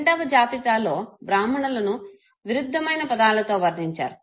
రెండవ జాబితాలో బ్రాహ్మణులను విరుద్ధమైన పదాలతో వర్ణించారు